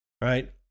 right